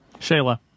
Shayla